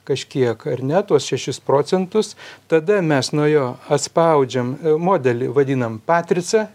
kažkiek ar ne tuos šešis procentus tada mes nuo jo atspaudžiam modelį vadinam patrica